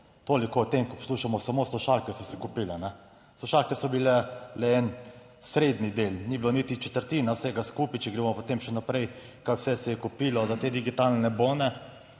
Toliko o tem, ko poslušamo, samo slušalke so se kupile. Slušalke so bile le en srednji del, ni bilo niti četrtina vsega skupaj, če gremo potem še naprej, kaj vse se je kupilo za te digitalne bone.